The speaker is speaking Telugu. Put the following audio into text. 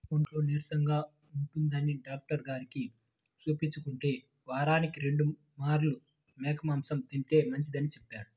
ఒంట్లో నీరసంగా ఉంటందని డాక్టరుకి చూపించుకుంటే, వారానికి రెండు మార్లు మేక మాంసం తింటే మంచిదని చెప్పారు